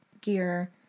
gear